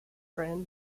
friend